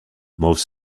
most